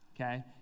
Okay